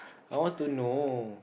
I want to know